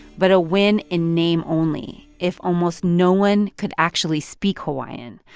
but a win in name only, if almost no one could actually speak hawaiian.